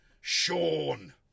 Sean